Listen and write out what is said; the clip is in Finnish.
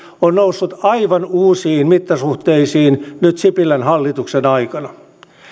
on noussut aivan uusiin mittasuhteisiin nyt sipilän hallituksen aikana